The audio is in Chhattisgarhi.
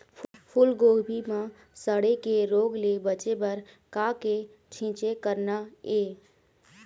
फूलगोभी म सड़े के रोग ले बचे बर का के छींचे करना ये?